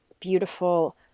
beautiful